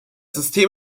system